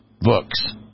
books